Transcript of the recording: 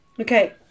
Okay